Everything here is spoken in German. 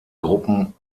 gruppen